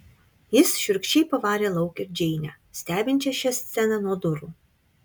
jis šiurkščiai pavarė lauk ir džeinę stebinčią šią sceną nuo durų